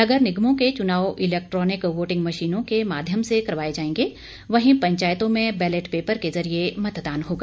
नगर निगमों के चुनाव इलैक्ट्रानिक वोटिंग मशीनों के माध्यम से करवाए जांएगे वहीं पंचायतों में बैलेट पेपर के जरिए मतदान होगा